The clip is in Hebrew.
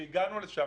כשהגענו לשם,